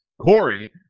Corey